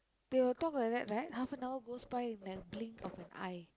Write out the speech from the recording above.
they will talk like that right half an hour goes by in the blink of an eye